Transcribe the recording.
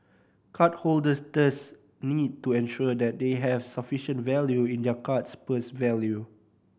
card holders thus need to ensure that they have sufficient value in their card's purse value